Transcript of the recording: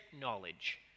knowledge